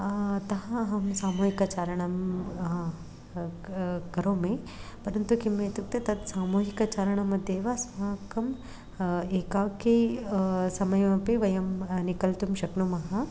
अतः अहं सामूहिकचारणं करोमि परन्तु किम् इत्युक्ते तत् सामूहिकचारणमध्ये एव अस्माकं एकाकी समयमपि वयं निकल्तुं शक्नुमः